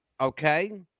okay